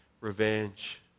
revenge